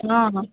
हॅं हॅं